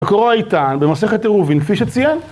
קורא איתן במסכת עירובין, כפי שציין.